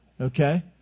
Okay